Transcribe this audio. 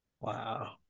Wow